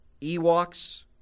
Ewoks